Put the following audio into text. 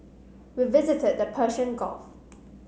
we visited the Persian Gulf